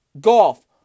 golf